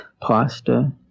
pasta